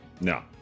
no